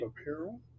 apparel